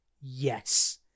yes